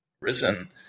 risen